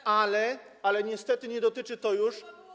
o tyle niestety nie dotyczy to już.